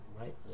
Right